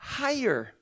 higher